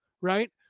right